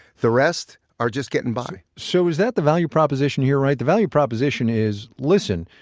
the rest are just getting by so is that the value proposition here, right? the value proposition is listen,